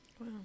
Wow